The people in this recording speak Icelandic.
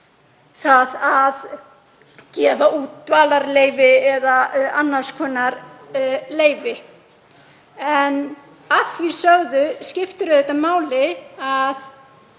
það að gefa út dvalarleyfi eða annars konar leyfi. Að því sögðu skiptir auðvitað máli að